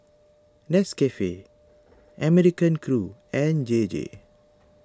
Nescafe American Crew and J J